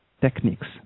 techniques